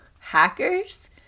Hackers